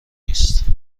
نیست